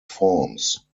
forms